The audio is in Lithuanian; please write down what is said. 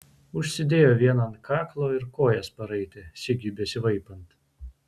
užsidėjo vieną ant kaklo ir kojas paraitė sigiui besivaipant